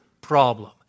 problem